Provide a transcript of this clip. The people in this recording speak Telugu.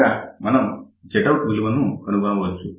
ఇక మనం Zout విలువ కనుగొనవచ్చు